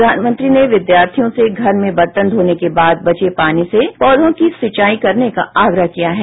प्रधानमंत्री ने विद्यार्थियों से घर में वर्तन घोने के बाद बचे पानो से पौधों की सिंचाई करने का आग्रह किया है